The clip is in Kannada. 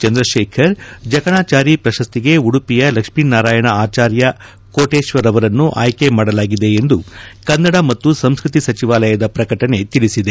ಚಂದ್ರಕೇಖರ್ ಜಕಣಚಾರಿ ಪ್ರಶಸ್ತಿಗೆ ಉಡುಪಿಯ ಲಕ್ಷ್ಮೀ ನಾರಾಯಣ ಆಚಾರ್ಯ ಕೋಟೇಶ್ವರ್ ಅವರನ್ನು ಆಯ್ಕೆ ಮಾಡಲಾಗಿದೆ ಎಂದು ಕನ್ನಡ ಮತ್ತು ಸಂಸ್ಕತಿ ಸಚವಾಲಯದ ಪ್ರಕಟಣೆ ತಿಳಿಸಿದೆ